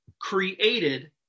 created